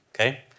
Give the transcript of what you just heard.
okay